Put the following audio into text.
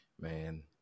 Man